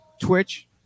twitch